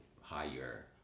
higher